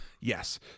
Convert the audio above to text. Yes